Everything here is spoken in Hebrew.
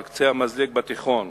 על קצה המזלג בתיכון,